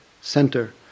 center